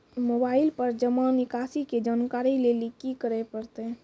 Mobile पर जमा निकासी के जानकरी लेली की करे परतै?